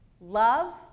Love